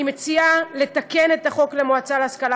אני מציעה לתקן את חוק המועצה להשכלה